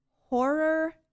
Horror